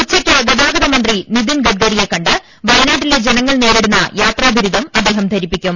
ഉച്ചയ്ക്ക് ഗതാഗതമന്ത്രി നിതിൻ ഗഡ്കരിയെ കണ്ട് വയനാ ട്ടിലെ ജനങ്ങൾ നേരിടുന്ന യാത്രാ ദുരിതം അദ്ദേഹത്തെ ധരിപ്പി ക്കും